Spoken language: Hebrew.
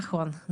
נכון.